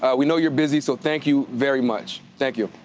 ah we know you're busy. so thank you very much. thank you.